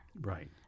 Right